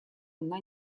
она